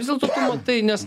vis dėlto matai nes